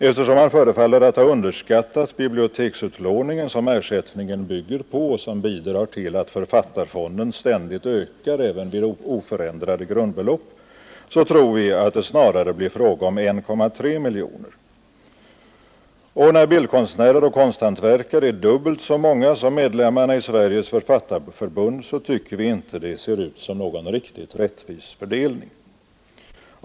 Eftersom han förefaller att ha underskattat biblioteksutlåningen, som ersättningen bygger på och som bidrar till att författarfonden ständigt ökar även vid oförändrade grundbelopp, tror vi att det snarare blir fråga om 1,3 miljoner kronor. Enär bildkonstnärer och konsthantverkare är dubbelt så många som medlemmarna i Sveriges författarförbund tycker vi inte det ser ut att vara en rättvis fördelning.